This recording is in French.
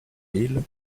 mille